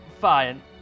fine